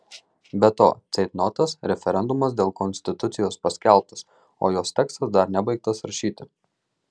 be to ceitnotas referendumas dėl konstitucijos paskelbtas o jos tekstas dar nebaigtas rašyti